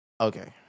Okay